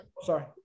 Sorry